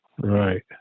Right